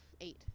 eight